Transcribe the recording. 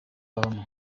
babamo